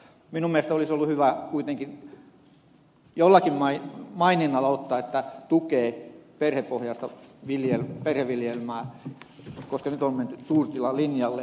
minun mielestäni olisi ollut hyvä kuitenkin jollakin maininnalla osoittaa että tukee perhepohjaista viljelyä koska nyt on menty suurtilalinjalle